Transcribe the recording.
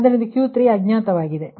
Qg3 ಮೌಲ್ಯ ತಿಳಿದಿಲ್ಲ